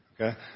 Okay